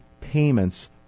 payments